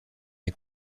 est